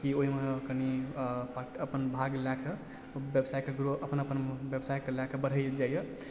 कि ओहिमे कनी अपन भाग लए कऽ व्यवसायके ग्रो अपन अपन व्यवसायके लए कऽ बढ़ि जाइया